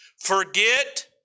forget